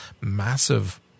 massive